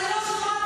אני לא מסכים עם זה.